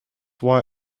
why